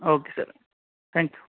okay sir thank you